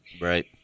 Right